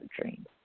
dream